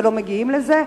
ולא מגיעים לזה.